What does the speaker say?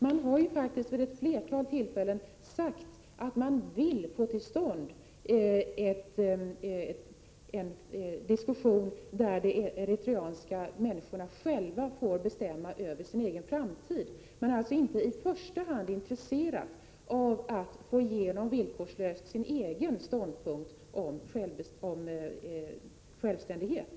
Man har faktiskt vid ett flertal tillfällen sagt att man vill få till stånd en diskussion där de eritreanska människorna själva får bestämma över sin egen framtid. Man är alltså inte i första hand intresserad av att villkorslöst få igenom sin egen ståndpunkt om självständighet.